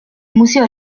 museo